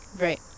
Right